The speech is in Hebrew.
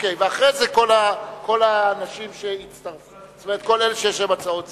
אחרי זה, כל אלה שיש להם הצעות זהות.